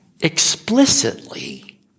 explicitly